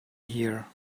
here